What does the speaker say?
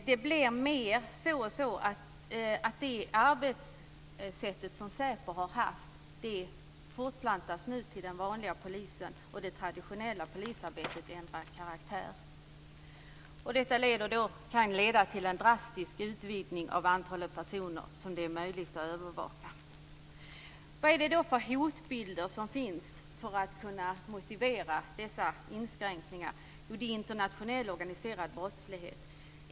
Det blir nu mer och mer så att det arbetssätt som SÄPO har haft fortplantas till den vanliga polisen. Det traditionella polisarbetet ändrar karaktär. Detta kan leda till en drastisk utvidgning av antalet personer som det är möjligt att övervaka. Vad är det då för hotbilder som finns för att man skall kunna motivera dessa inskränkningar? Jo, det är internationell organiserad brottslighet.